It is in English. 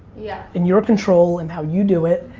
yeah in your control and how you do it.